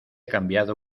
cambiado